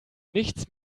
nichts